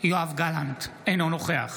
יואב גלנט, אינו נוכח